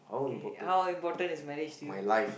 K how important is marriage to you